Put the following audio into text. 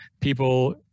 people